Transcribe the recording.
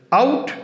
out